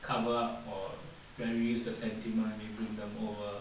cover up or you want to reduce the sentiment maybe bring them over